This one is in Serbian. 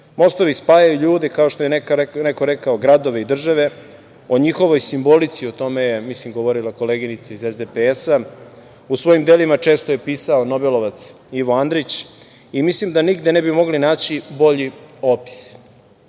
Mostovi spajaju ljude, kao što je nekad neko rekao, gradove i države.O njihovoj simbolici, o tome je mislim, govorila koleginica iz SDPS, u svojim delima često je pisao nobelovac Ivo Andrić, i mislim da nigde ne bi mogli naći bolji opis.